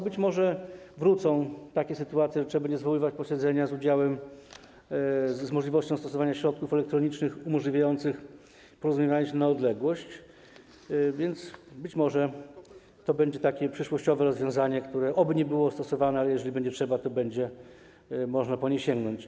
Być może wrócą takie sytuacje, że trzeba będzie zwoływać posiedzenia z możliwością stosowania środków elektronicznych umożliwiających porozumiewanie się na odległość, więc być może to będzie takie przyszłościowe rozwiązanie, które oby nie było stosowane, ale jeżeli będzie trzeba, to będzie można po nie sięgnąć.